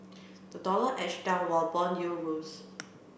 the dollar edged down while bond yields rose